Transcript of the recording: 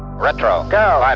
retro go. and